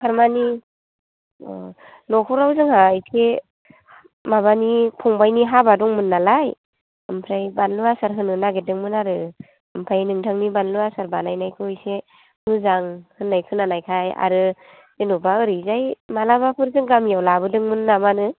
थारमानि न'खराव जोंहा एसे माबानि फंबायनि हाबा दंमोन नालाय ओमफ्राय बानलु आसार होनो नागिरदोंमोन आरो ओमफ्राय नोंथांनि बानलु आसार बानायखौ एसे मोजां होनाय खोनानायखाय आरो जेन'बा ओरैहजाय माब्लाबाफोर जों गामियाव लाबोदोंमोन नामा नो